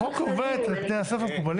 החוק קובע את תנאי הסף המקובלים?